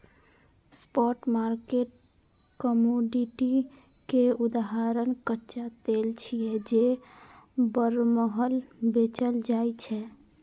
spot market commodity के उदाहरण कच्चा तेल छियै, जे बरमहल बेचल जाइ छै